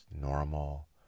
normal